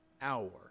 hour